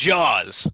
Jaws